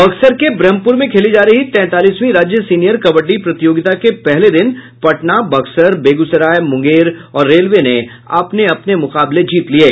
बक्सर के ब्रह्मपुर में खेली जा रही तैंतालीसवीं राज्य सीनियर कबड्डी प्रतियोगिता के पहले दिन पटना बक्सर बेगूसराय मुंगेर और रेलवे ने अपने अपने मुकाबले जीत लिये